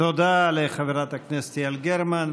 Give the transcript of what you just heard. תודה לחברת הכנסת יעל גרמן.